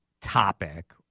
topic